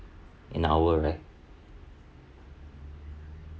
an hour right